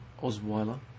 Osweiler